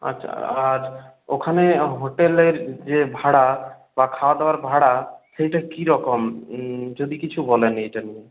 আচ্ছা আর ওখানে হোটেলের যে ভাড়া বা খাওয়া দাওয়ার ভাড়া সেইটা কীরকম যদি কিছু বলেন এইটা নিয়ে